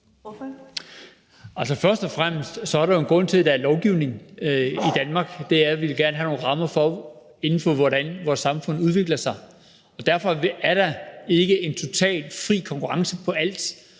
Jensen (V): Først og fremmest er der jo en grund til, at der er lovgivning i Danmark, nemlig at vi gerne vil have nogle rammer for, hvordan vores samfund udvikler sig. Derfor er der ikke en totalt fri konkurrence på alt.